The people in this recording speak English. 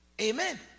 Amen